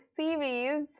CVs